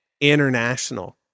international